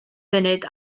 funud